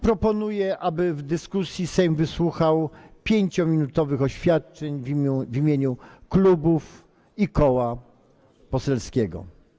Proponuję, aby w dyskusji Sejm wysłuchał 5-minutowych oświadczeń w imieniu klubów i koła poselskiego.